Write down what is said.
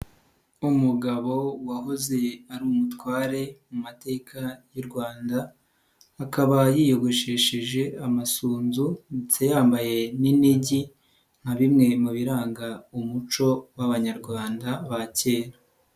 Umugabo wahoze ari umutware mu mateka y'u Rwanda akaba yiyogoshesheje amasunzu ndetse yambaye n'inigi nka bimwe mu biranga umuco w'abanyarwanda ba kera.